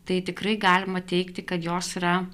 tai tikrai galima teigti kad jos yra